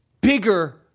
bigger